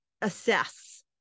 assess